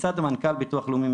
מצד מנכ"ל ביטוח לאומי,